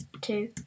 two